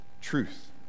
truth